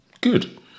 good